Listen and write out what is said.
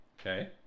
Okay